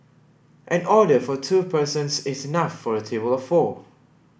an order for two persons is enough for a table of four